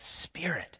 Spirit